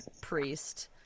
priest